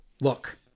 Look